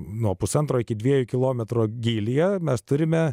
nuo pusantro iki dviejų kilometro gylyje mes turime